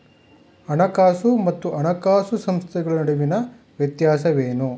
ಹಣಕಾಸು ಮತ್ತು ಹಣಕಾಸು ಸಂಸ್ಥೆಗಳ ನಡುವಿನ ವ್ಯತ್ಯಾಸವೇನು?